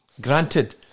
Granted